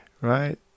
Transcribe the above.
right